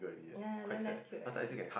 ya ya then that's cute right